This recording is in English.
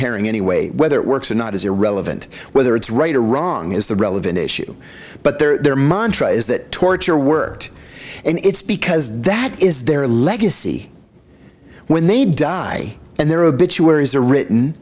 herring anyway whether it works or not is irrelevant whether it's right or wrong is the relevant issue but they're montra is that torture worked and it's because that is their legacy when they die and their obituaries are written